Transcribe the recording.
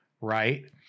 right